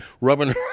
rubbing